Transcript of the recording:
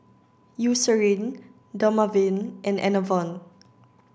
Eucerin Dermaveen and Enervon